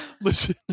Listen